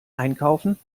einkaufen